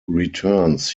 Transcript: returns